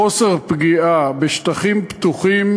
חוסר פגיעה בשטחים פתוחים,